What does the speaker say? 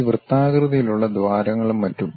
ഈ വൃത്താകൃതിയിലുള്ള ദ്വാരങ്ങളും മറ്റും